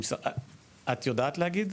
את יודעת להגיד?